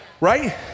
Right